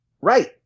Right